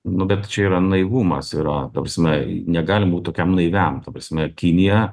nu bet čia yra naivumas yra ta prasme negalima būt tokiam naiviam ta prasme kinija